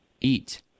Eat